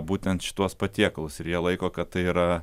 būtent šituos patiekalus ir jie laiko kad tai yra